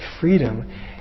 freedom